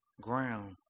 ground